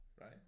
right